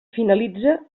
finalitza